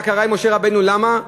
מה קרה עם משה רבנו ולמה,